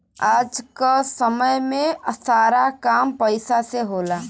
आज क समय में सारा काम पईसा से हो जाला